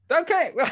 Okay